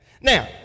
Now